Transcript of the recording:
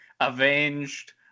Avenged